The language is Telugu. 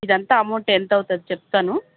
ఇదంతా అమౌంటు ఎంతవుతుందో చెప్తాను